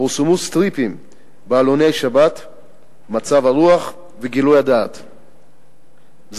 פורסמו "סטריפים" בעלוני השבת "מצב הרוח" ו"גילוי הדעת"; ז.